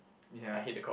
ya